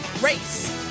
race